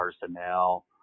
personnel